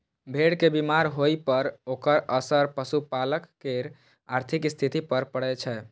भेड़ के बीमार होइ पर ओकर असर पशुपालक केर आर्थिक स्थिति पर पड़ै छै